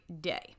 day